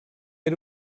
era